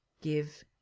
give